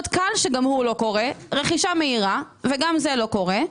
קל וגם הוא לא קורה רכישה מהירה וגם זה לא קורה.